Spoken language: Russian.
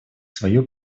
свою